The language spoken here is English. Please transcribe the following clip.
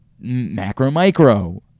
macro-micro